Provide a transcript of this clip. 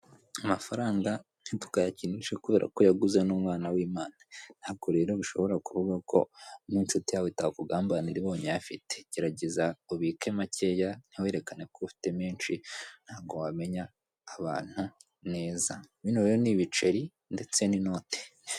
Amafaranga ntitukayakinisha kubera ko yaguze n'umwana w'Imana, ntabwo rero bishobora kuvuga ko n'inshuti yawe itakugambanira ibonye uyafite, gerageza ubike makeya ntiwerekane ko ufite menshi, ntabwo wamenya abantu neza, bino rero ni ibiceri ndetse n'inoti.